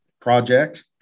project